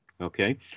Okay